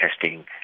testing